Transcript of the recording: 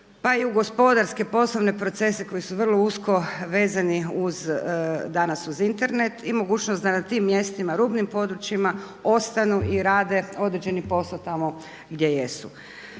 pa i u gospodarske poslovne procese koji su vrlo usko vezani danas uz Internet i mogućnost da na tim mjestima, rubnim područjima ostanu i rade određeni posao tamo gdje jesu.